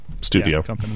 Studio